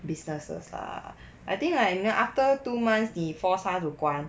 businesses ah I think like 没有 after two months 你 force 他 to 关